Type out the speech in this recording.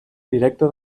directa